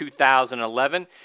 2011